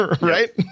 Right